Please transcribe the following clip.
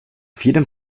jedem